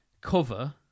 cover